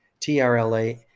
TRLA